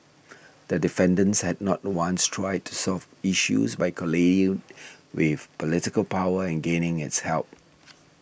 the defendants have not once tried to solve issues by with political power and gaining its help